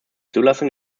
zulassung